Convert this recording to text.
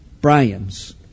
Brian's